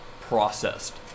processed